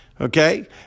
Okay